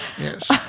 Yes